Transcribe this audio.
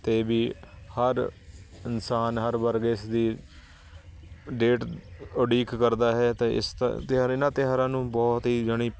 ਅਤੇ ਵੀ ਹਰ ਇਨਸਾਨ ਹਰ ਵਰਗ ਇਸਦੀ ਡੇਟ ਉਡੀਕ ਕਰਦਾ ਹੈ ਅਤੇ ਇਸ ਤ ਤਿਉਹਾਰ ਇਹਨਾਂ ਤਿਉਹਾਰਾਂ ਨੂੰ ਬਹੁਤ ਹੀ ਜਾਣੀ